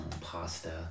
pasta